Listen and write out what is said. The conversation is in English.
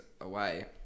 away